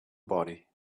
body